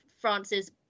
France's